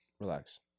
relax